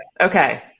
Okay